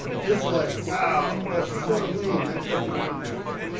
just like wow, that's so lame. i expected more from that guy.